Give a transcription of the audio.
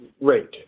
rate